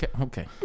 Okay